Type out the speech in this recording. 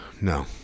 No